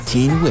Teen